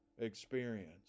experience